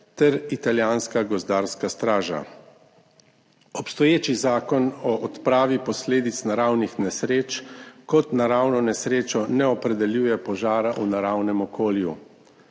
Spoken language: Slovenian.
ter italijanska gozdarska straža. Obstoječi zakon o odpravi posledic naravnih nesreč kot naravno nesrečo ne opredeljuje požara v naravnem okolju.